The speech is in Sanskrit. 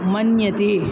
मन्यते